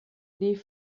die